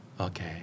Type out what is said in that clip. Okay